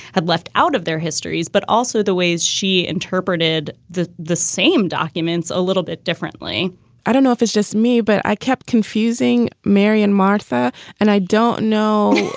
had left out of their histories. but also the ways she interpreted the the same documents a little bit differently i don't know if it's just me, but i kept confusing marion, martha and i don't know.